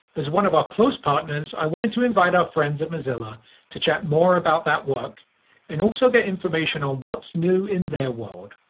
as one of our close partners, i wanted to invite our friends at mozilla to chat more about that work and also get information on what's new in their world.